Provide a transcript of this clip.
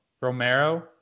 Romero